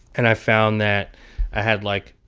and i found that i had, like,